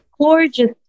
gorgeous